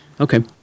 Okay